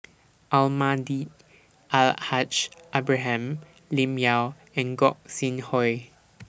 Almahdi Al Haj Ibrahim Lim Yau and Gog Sing Hooi